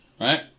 Right